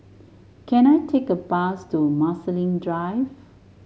can I take a bus to Marsiling Drive